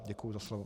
Děkuji za slovo.